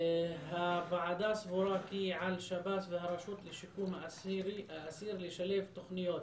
הוועדה סבורה כי על שב"ס והרשות לשיקום האסיר לשלב תוכניות